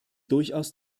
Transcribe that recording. durchaus